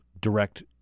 direct